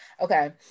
Okay